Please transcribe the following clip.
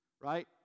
right